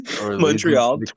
Montreal